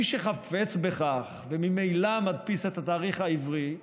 מי שחפץ בכך וממילא מדפיס את התאריך העברי,